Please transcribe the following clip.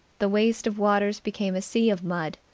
the waste of waters became a sea of mud,